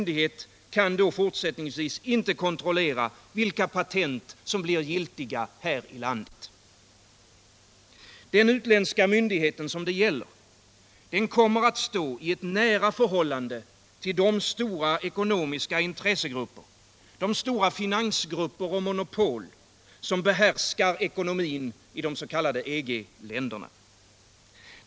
Denna utländska myndighet kommer att stå i nära förhållande till de stora ekonomiska intressegrupper, de stora finansgrupper och monopol som behärskar ekonomin i EG-länderna.